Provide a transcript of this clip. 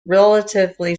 relatively